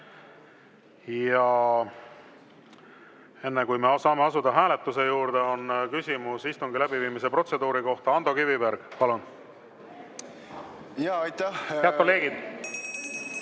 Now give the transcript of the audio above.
Enne, kui me saame asuda hääletuse juurde, on küsimus istungi läbiviimise protseduuri kohta. Ando Kiviberg, palun! Aitäh! Head kolleegid!